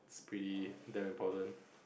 it's pretty damn important